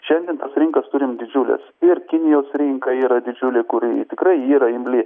šiandien tas rinkas turim didžiules ir kinijos rinka yra didžiulė kuri tikrai yra imli